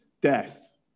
death